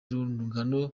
rungano